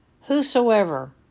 whosoever